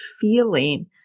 feeling